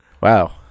Wow